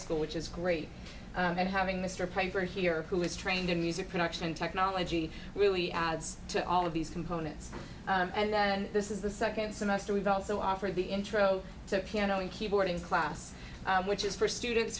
school which is great at having mr piper here who is trained in music production technology really adds to all of these components and then this is the second semester we've also offered the intro to piano in keyboarding class which is for students